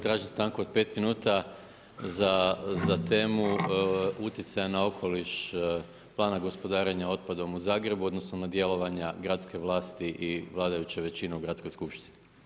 Tražim stanku od 5 minuta za temu utjecaja na okoliš plana gospodarenja otpadom u Zagrebu, odnosno na djelovanja gradske vlasti i vladajuće većine u gradskoj skupštini.